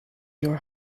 your